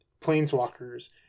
planeswalkers